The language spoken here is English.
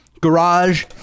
garage